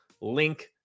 link